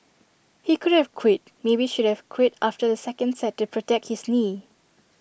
he could have quit maybe should have quit after the second set to protect his knee